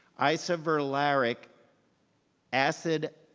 isovaleric acidemia,